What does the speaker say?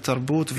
בתרבות,